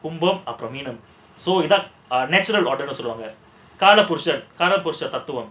கும்பம் அப்புறம் மீனம்:kumbam appuram meenam so கால போஷ தத்துவம்:kaala bosha thathuvam